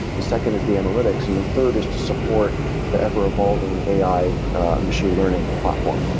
the second is the analytics and the third is to support the ever-evolving ai machine learning platform.